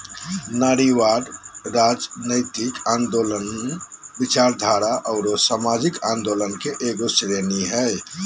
नारीवाद, राजनयतिक आन्दोलनों, विचारधारा औरो सामाजिक आंदोलन के एगो श्रेणी हइ